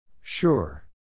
Sure